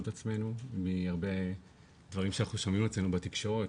את עצמנו מהרבה דברים שאנחנו שומעים על עצמנו בתקשורת,